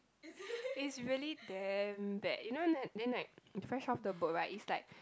it's really damn bad you know like then like Fresh off the Boat right is like